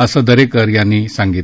असं दरेकर यावेळी म्हणाले